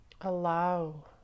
Allow